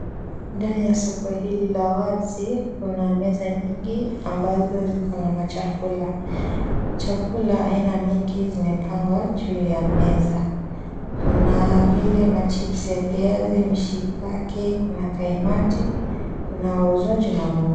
Ndani ya soko hili la wazi kuna meza ambazo zikona chakula chakula aina mingi zimepangwa juu ya meza kuna vile chipsi viazi, mshikaki kuna kaimati kuna wauzaji wa...